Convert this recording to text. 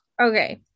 Okay